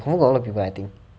confirm got a lot of people I think